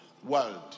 world